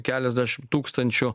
keliasdešim tūkstančių